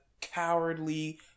cowardly